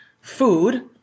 food